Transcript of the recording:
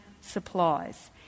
supplies